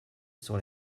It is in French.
sur